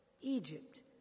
Egypt